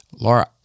Laura